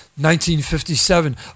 1957